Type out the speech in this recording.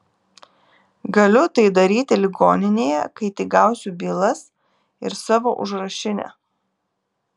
galiu tai daryti ligoninėje kai tik gausiu bylas ir savo užrašinę